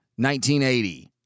1980